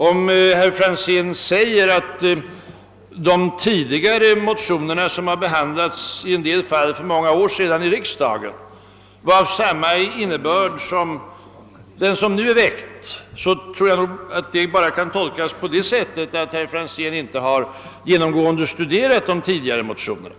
När herr Franzén säger att de tidi gare motionerna i denna fråga, av vilka en del behandlades för många år sedan, var av samma innebörd som den nu föreliggande, kan det inte tolkas på annat sätt än att herr Franzén inte ingående har studerat de tidigare motionerna.